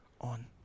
on